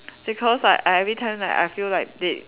because I I every time like I feel like they